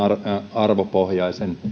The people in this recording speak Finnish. arvopohjaisen